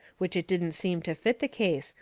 which it didn't seem to fit the case,